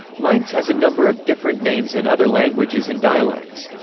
mainz has a number of different names in other languages and dialects.